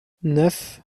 neuf